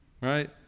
Right